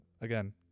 again